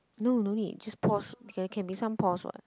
no no need just pause can can be some pause [what]